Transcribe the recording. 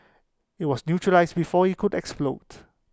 IT was neutralised before IT could explode